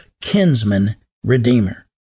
kinsman-redeemer